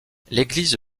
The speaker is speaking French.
l’église